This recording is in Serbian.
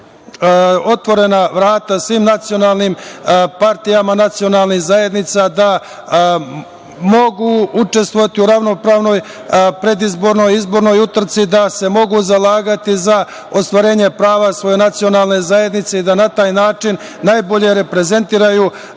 otvorena vrata svim nacionalnim partijama, nacionalnim zajednicama da mogu učestvovati u ravnopravnoj predizbornoj, izbornoj utrci da se mogu zalagati za ostvarenje prava svoje nacionalne zajednice i da na taj način najbolje reprezentiraju